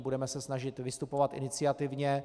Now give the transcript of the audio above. Budeme se snažit vystupovat iniciativně.